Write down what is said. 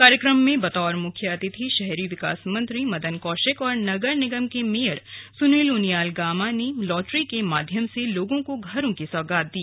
कार्यक्रम में बतौर मुख्य अतिथि शहरी विकास मंत्री मदन कौशिक और नगर निगम के मेयर सुनील उनियाल गामा ने लॉटरी के माध्यम से लोगों को घरों की सौगात दी